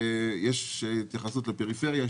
יש התייחסות לפריפריה,